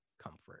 comfort